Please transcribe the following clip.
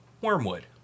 wormwood